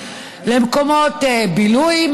למקומות בילוי,